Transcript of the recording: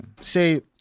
say